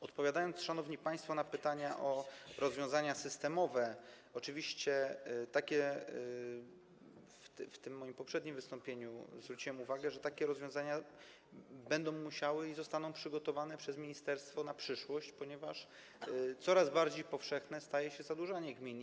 Odpowiadając, szanowni państwo, na pytania o rozwiązania systemowe, powiem, że oczywiście - w tym moim poprzednim wystąpieniu zwróciłem na to uwagę - takie rozwiązania będą musiały być przygotowane i zostaną przygotowane przez ministerstwo na przyszłość, ponieważ coraz bardziej powszechne staje się zadłużanie gmin.